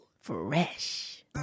Fresh